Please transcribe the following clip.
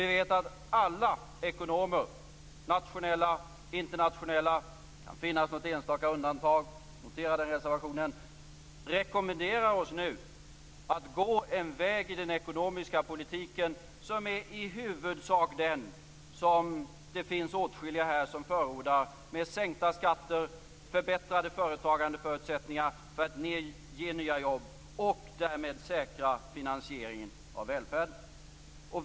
Vi vet att alla ekonomer, nationella och internationella - det kan finns något enstaka undantag, notera den reservationen - rekommenderar oss att nu gå en väg i den ekonomiska politiken som i huvudsak åtskilliga här förordar. Det innebär sänkta skatter, förbättrade företagandeförutsättningar för att ge nya jobb och därmed säkra finansieringen av välfärden.